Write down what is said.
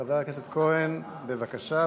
חבר הכנסת כהן, בבקשה.